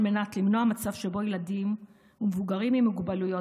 על מנת למנוע מצב שבו ילדים ומבוגרים עם מוגבלויות